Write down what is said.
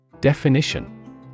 Definition